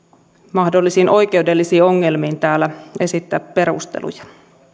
mahdollisiin oikeudellisiin ongelmiin täällä esittää perusteluja